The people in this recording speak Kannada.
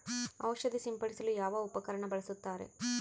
ಔಷಧಿ ಸಿಂಪಡಿಸಲು ಯಾವ ಉಪಕರಣ ಬಳಸುತ್ತಾರೆ?